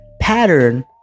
pattern